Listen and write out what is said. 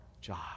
job